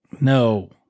No